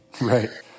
Right